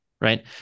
right